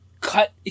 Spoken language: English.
cut